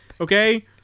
Okay